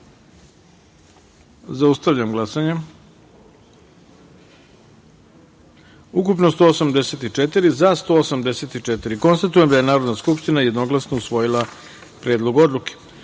taster. Zaustavljam glasanje. Ukupno 184, za – 184.Konstatujem da je Narodna skupština jednoglasno usvojila Predlog odluke,